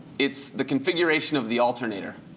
it's the configuration of the alternator.